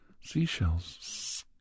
seashells